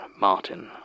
Martin